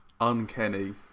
Unkenny